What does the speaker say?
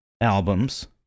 albums